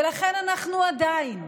ולכן אנחנו עדיין,